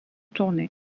tournées